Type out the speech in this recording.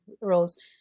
roles